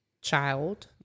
child